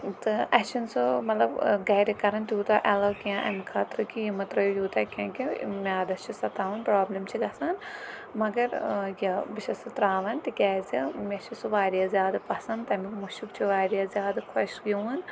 تہِ اَسہِ چھُنہٕ سُہ مطلب گَرٕ کَران تیوتاہ ایلو کیٚنٛہہ اَمہِ خٲطرٕ کہِ یہِ مہٕ ترٲیو تیوتاہ کیٚنٛہہ کہِ میادَس چھُ سَتاوان پرابلٕم چھِ گَژھان مگر یہِ بہٕ چھس سُہ تراوان تہِ کیٛازِ مےٚ چھُ سُہ واریاہ زیادٕ پسند تَمِیُٛک مُشُک چھُ واریاہ زیادٕ خۄش گِوُن